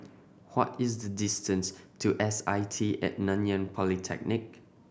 what is the distance to S I T At Nanyang Polytechnic